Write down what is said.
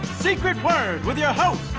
secret word with your host,